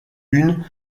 une